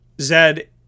Zed